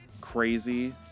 crazy